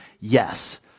Yes